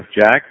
Jack